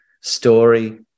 story